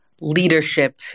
leadership